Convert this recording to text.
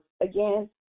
Again